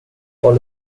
call